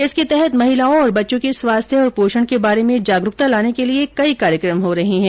इसके तहत महिलाओं और बच्चों के स्वांस्थ्य और पोषण के बारे जागरूकता लाने के लिए कई कार्यक्रम आयोजित किये जा रहे हैं